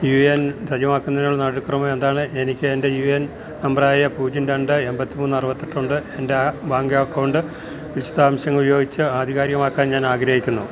U N സജീവമാക്കുന്നതിനുള്ള നടപടിക്രമം എന്താണ് എനിക്ക് എന്റെ യു എൻ നമ്പറായ പൂജ്യം രണ്ട് എൺപത്തി മൂന്ന് അറുപത്തെട്ട് ഉണ്ട് എന്റെ ബാങ്ക് അക്കൗണ്ട് വിശദാംശങ്ങൾ ഉപയോഗിച്ച് ആധികാരികമാക്കാൻ ഞാൻ ആഗ്രഹിക്കുന്നു